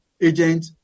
agent